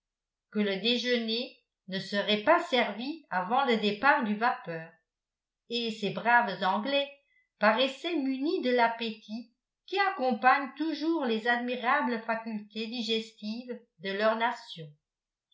que le déjeuner ne serait pas servi avant le départ du vapeur et ces braves anglais paraissaient munis de l'appétit qui accompagne toujours les admirables facultés digestives de leur nation